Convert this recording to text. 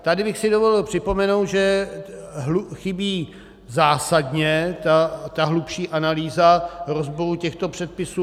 Tady bych si dovolil připomenout, že chybí zásadně ta hlubší analýza rozboru těchto předpisů.